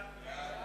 ההצעה